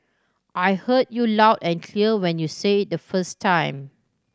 I heard you loud and clear when you say it the first time